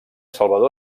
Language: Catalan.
salvador